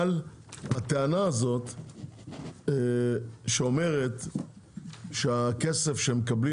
אבל הטענה הזאת שאומרת שהכסף שמקבלים